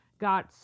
got